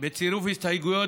בצירוף הסתייגויות,